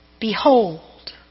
Behold